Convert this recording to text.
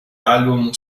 album